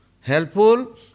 Helpful